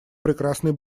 прекрасный